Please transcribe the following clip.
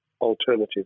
alternative